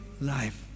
life